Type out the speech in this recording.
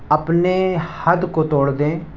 اپنے حد کو توڑ دیں